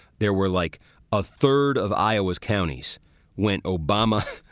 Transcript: there were like a third of iowa's counties went. obama!